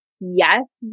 Yes